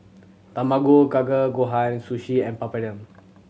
Tamago Kake Gohan Sushi and Papadum